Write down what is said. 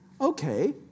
Okay